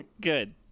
good